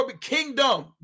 Kingdom